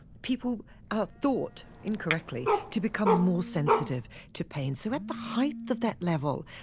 people are thought, incorrectly, to become more sensitive to pain. so at the height of that level,